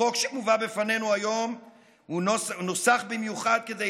החוק שמובא בפנינו היום נוסח במיוחד כדי